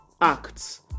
acts